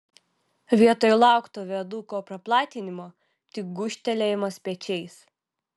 vietoj laukto viaduko praplatinimo tik gūžtelėjimas pečiais